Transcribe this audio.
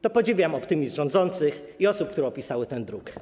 to podziwiam optymizm rządzących i osób, które opisały ten druk.